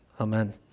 Amen